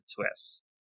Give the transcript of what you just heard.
twist